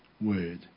word